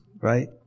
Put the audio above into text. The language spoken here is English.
right